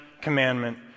commandment